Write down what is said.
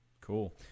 Cool